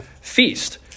feast